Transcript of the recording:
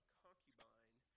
concubine